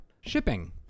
shipping